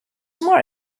more